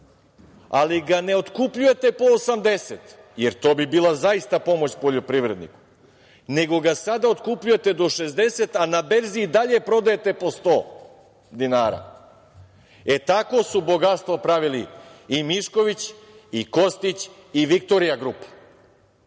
ali ga ne otkupljujete po 80 jer to bi bila zaista pomoć poljoprivredniku, nego ga sada otkupljujete do 60, a na berzi i dalje prodajete po 100 dinara. Tako su bogatstvo pravili i Mišković, i Kostić i „Viktorija grupa“.